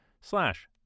slash